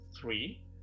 three